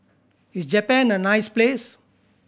is Japan a nice place